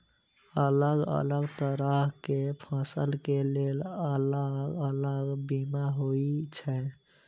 अलग अलग तरह केँ फसल केँ लेल अलग अलग बीमा होइ छै?